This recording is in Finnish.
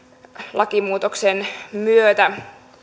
lakimuutoksen myötä